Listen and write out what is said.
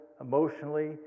emotionally